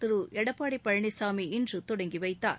திரு எடப்பாடி பழனிசாமி இன்று தொடங்கி வைத்தார்